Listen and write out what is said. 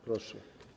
Proszę.